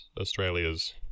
Australia's